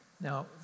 Now